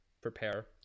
prepare